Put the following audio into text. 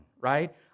right